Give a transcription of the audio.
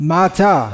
Mata